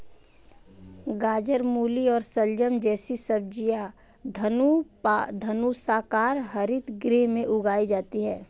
गाजर, मूली और शलजम जैसी सब्जियां धनुषाकार हरित गृह में उगाई जाती हैं